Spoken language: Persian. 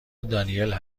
دانیل